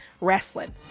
wrestling